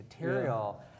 material